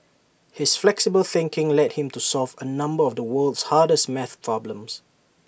his flexible thinking led him to solve A number of the world's hardest math problems